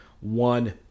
one